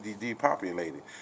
depopulated